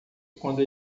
quando